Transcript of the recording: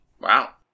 Wow